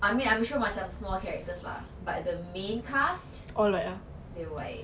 I mean I'm sure macam small characters lah but the main cast their white